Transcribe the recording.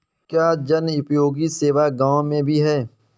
क्या जनोपयोगी सेवा गाँव में भी है?